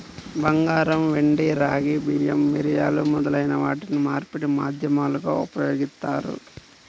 బంగారం, వెండి, రాగి, బియ్యం, మిరియాలు మొదలైన వాటిని మార్పిడి మాధ్యమాలుగా ఉపయోగిత్తారు